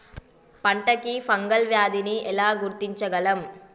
పంట కి ఫంగల్ వ్యాధి ని ఎలా గుర్తించగలం?